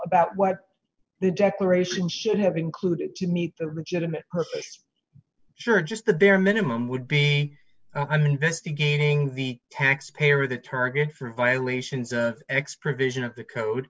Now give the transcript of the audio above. about what the declaration should have included to meet the rigid i'm sure just the bare minimum would be i'm investigating the taxpayer the target for violations of x provision of the code